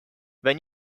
when